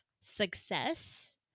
success